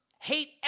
Hate